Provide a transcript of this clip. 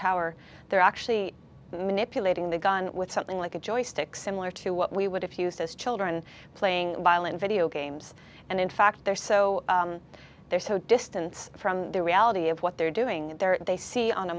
tower there are actually manipulating the gun with something like a joystick similar to what we would if used as children playing violent video games and in fact they're so they're so distance from the reality of what they're doing there they see on a